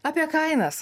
apie kainas